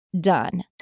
done